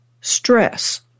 stress